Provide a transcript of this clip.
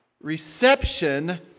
reception